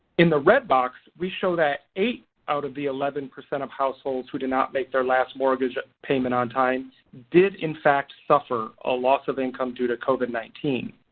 in the red box we show that eight out of the eleven percent of households who did not make their last mortgage payment on time did in fact suffer a loss of income due to covid nineteen.